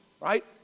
right